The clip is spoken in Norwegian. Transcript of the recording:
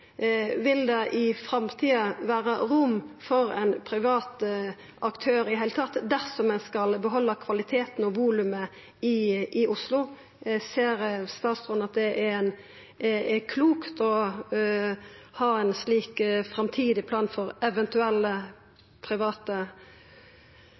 vil vera rom for ein privat aktør i det heile, dersom ein skal behalda kvaliteten og volumet i Oslo? Ser statsråden at det er klokt å ha ein slik framtidig plan for eventuelle